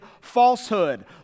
falsehood